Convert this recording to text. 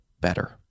better